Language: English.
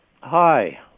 Hi